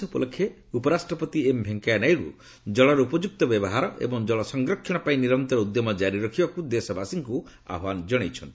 VP ଜଳଦିବସ ବିଶ୍ୱ ଜଳଦିବସ ଉପଲକ୍ଷେ ଉପରାଷ୍ଟ୍ରପତି ଏମ୍ ଭେଙ୍କିୟାନାଇଡୁ ଜଳର ଉପଯୁକ୍ତ ବ୍ୟବହାର ଏବଂ ଜଳସଂରକ୍ଷଣ ପାଇଁ ନିରନ୍ତର ଉଦ୍ୟମ ଜାରି ରଖିବାକୁ ଦେଶବାସୀଙ୍କୁ ଆହ୍ପାନ ଜଣାଇଛନ୍ତି